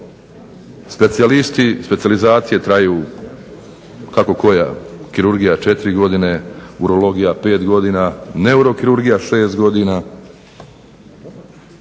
Specijalisti, specijalizacije traju kako koja, kirurgija 4 godine, urologija 5 godina, neurokirurgija 6 godina